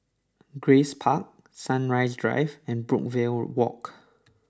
Grace Park Sunrise Drive and Brookvale Walk